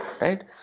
Right